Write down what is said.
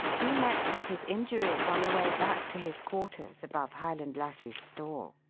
he met with his injuries on the way back to his quarters above highland lassie's stall.